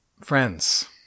Friends